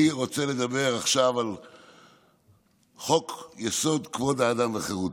אני רוצה לדבר עכשיו על חוק-יסוד: כבוד האדם וחירותו,